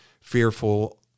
fearful